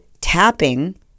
tapping